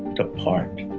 to part.